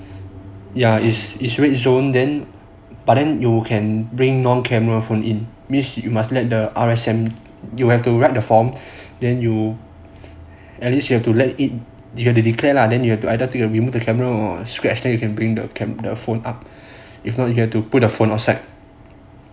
ya is is red zone then but then you can bring non camera phone in means you must let the R_S_M know u have to write the form then you at least you have to let it you have to declare lah then you have to either take away the camera or scratch then you can bring the camera phone up if not you have to put the phone outside